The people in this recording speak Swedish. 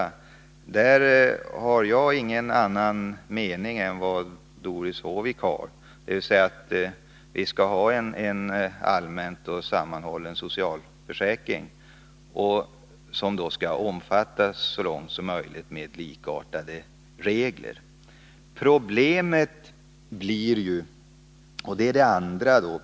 På den punkten har jag ingen annan mening än Om administratio Doris Håvik, dvs. att vi skall ha en allmän och sammanhållen socialförsäk — nen av de statligt ring, som så långt möjligt med likartade regler skall omfatta alla.